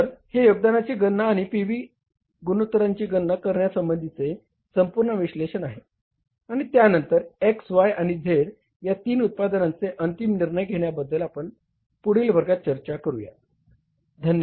तर हे योगदानाची गणना आणि पी व्ही गुणोत्तरांची गणना करण्यासंबंधीचे संपूर्ण विश्लेषण आहे आणि त्यानंतर X Y आणि Z या तीन उत्पादनांचे अंतिम निर्णय घेण्याबद्दल आपण पुढील वर्गात चर्चा करूया धन्यवाद